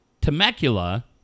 Temecula